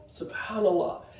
SubhanAllah